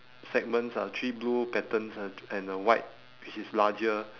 segments ah three blue patterns and and a white which is larger